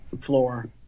floor